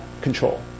control